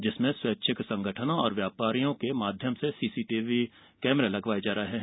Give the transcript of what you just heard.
जिसमें स्वैच्छिक संगठनों और व्यापारियों के माध्यम से सीसीटीवी कैमरे लगवाये जा रहे हैं